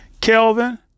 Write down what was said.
Kelvin